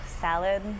salad